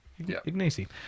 Ignacy